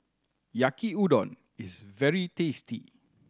Yaki Udon is very tasty